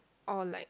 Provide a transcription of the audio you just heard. or like